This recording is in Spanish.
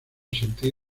sentir